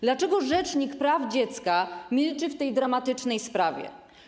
Dlaczego rzecznik praw dziecka milczy w tej dramatycznej sprawie?